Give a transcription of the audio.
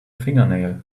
fingernail